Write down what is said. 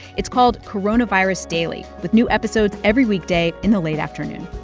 it's called coronavirus daily, with new episodes every weekday in the late afternoon